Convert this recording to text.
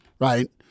right